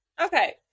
Okay